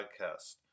podcast